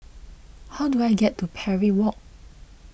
how do I get to Parry Walk